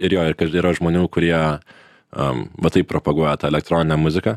ir jo ir kad yra žmonių kurie am va taip propaguoja tą elektroninę muziką